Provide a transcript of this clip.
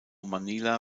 manila